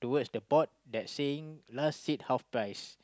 towards the board that's saying last seat half price